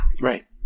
Right